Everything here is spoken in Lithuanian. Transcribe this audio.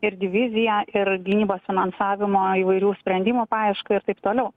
ir diviziją ir gynybos finansavimo įvairių sprendimų paiešką ir taip toliau